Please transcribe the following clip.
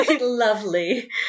lovely